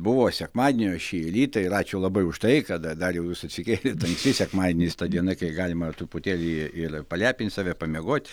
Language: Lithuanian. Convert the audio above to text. buvo sekmadienio šį rytą ir ačiū labai už tai kad dariau jūs atsikėlėt anksti sekmadienis ta diena kai galima truputėlį ir palepint save pamiegot